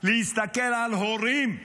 להסתכל על הורים,